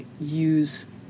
use